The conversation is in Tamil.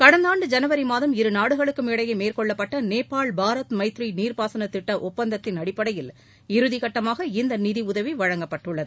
கடந்த ஆண்டு ஜனவரி மாதம் இரு நாடுகளுக்கும் இடையே மேற்கொள்ளப்பட்ட நேபாள் பாரத் மைத்ரி நீர்ப்பாசனத் திட்ட ஒப்பந்தத்தின் அடிப்படையில் இறதி கட்டமாக இந்த நிதி உதவி வழங்கப்பட்டுள்ளது